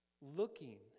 looking